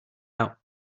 out